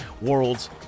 World's